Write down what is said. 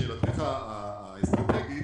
לשאלתך האסטרטגית,